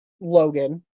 logan